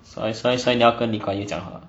所以所以所以你要跟 lee kuan yew 讲话